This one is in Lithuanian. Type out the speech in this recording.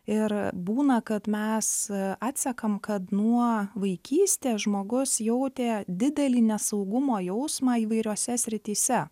ir būna kad mes atsekam kad nuo vaikystės žmogus jautė didelį nesaugumo jausmą įvairiose srityse